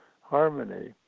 harmony